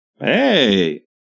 Hey